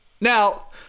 now